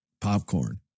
popcorn